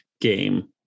game